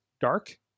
dark